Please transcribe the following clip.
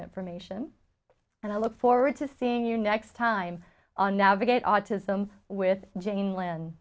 information and i look forward to seeing you next time on navigate autism with jane l